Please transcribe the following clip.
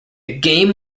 game